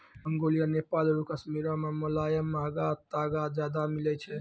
Mongolia, Nepal आरु कश्मीरो मे मोलायम महंगा तागा ज्यादा मिलै छै